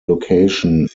location